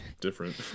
different